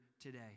today